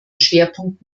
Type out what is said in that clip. schwerpunkt